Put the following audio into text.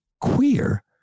queer